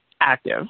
active